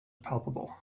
palpable